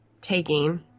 taking